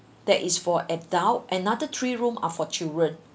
that is for adult another three room are for children